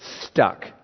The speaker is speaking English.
stuck